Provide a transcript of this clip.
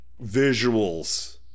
visuals